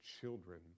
children